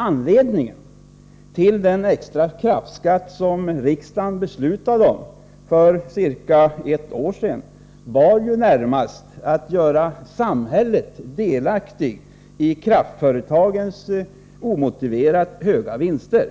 Anledningen till den extra kraftskatt som riksdagen beslutade om för ca 1 år sedan var närmast att samhället skulle bli delaktigt i kraftföretagens omotiverat höga vinster,